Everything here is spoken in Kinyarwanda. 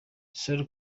sol